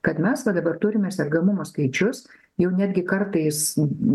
kad mes va dabar turime sergamumo skaičius jau netgi kartais